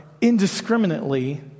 indiscriminately